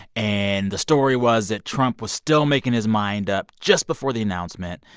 and the story was that trump was still making his mind up just before the announcement.